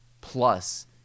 plus